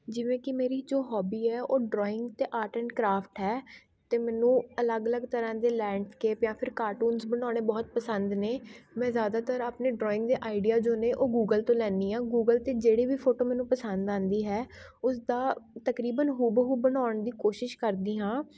ਜਿਵੇਂ ਕਿ ਮੇਰੀ ਜੋ ਹੋਬੀ ਹੈ ਉਹ ਡਰੋਇੰਗ ਅਤੇ ਆਰਟ ਐਂਡ ਕ੍ਰਾਫਟ ਹੈ ਅਤੇ ਮੈਨੂੰ ਅਲੱਗ ਅਲੱਗ ਤਰ੍ਹਾਂ ਦੇ ਲੈਂਡਸਕੇਪ ਜਾਂ ਫਿਰ ਕਾਰਟੂਨਸ ਬਣਾਉਣੇ ਬਹੁਤ ਪਸੰਦ ਨੇ ਮੈਂ ਜ਼ਿਆਦਾਤਰ ਆਪਣੇ ਡਰੋਇੰਗ ਦੇ ਆਈਡੀਆ ਜੋ ਨੇ ਉਹ ਗੂਗਲ ਤੋਂ ਲੈਂਦੀ ਹਾਂ ਗੂਗਲ 'ਤੇ ਜਿਹੜੀ ਵੀ ਫੋਟੋ ਮੈਨੂੰ ਪਸੰਦ ਆਉਂਦੀ ਹੈ ਉਸਦਾ ਤਕਰੀਬਨ ਹੂ ਬ ਹੂ ਬਣਾਉਣ ਦੀ ਕੋਸ਼ਿਸ਼ ਕਰਦੀ ਹਾਂ